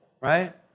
right